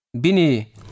Bini